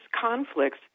conflicts